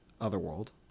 otherworld